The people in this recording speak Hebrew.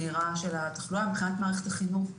מבחינת מערכת החינוך,